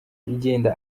igenda